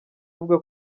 avuga